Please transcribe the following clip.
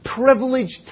privileged